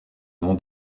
non